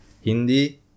Hindi